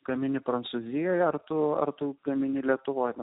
gamini prancūzijoje ar tu ar tu gamini lietuvoje